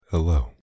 Hello